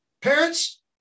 Parents